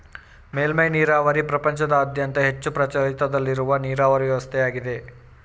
ಮೇಲ್ಮೆ ನೀರಾವರಿ ಪ್ರಪಂಚದಾದ್ಯಂತ ಹೆಚ್ಚು ಪ್ರಚಲಿತದಲ್ಲಿರುವ ನೀರಾವರಿ ವ್ಯವಸ್ಥೆಯಾಗಿದೆ